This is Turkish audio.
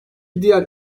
diğer